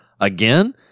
again